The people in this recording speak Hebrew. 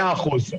ל-100%.